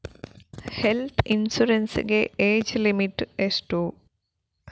Health insurance ಗೆ age limit ಎಷ್ಟು?